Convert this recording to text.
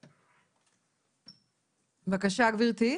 בבקשה, גברתי.